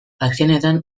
azkenetan